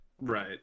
Right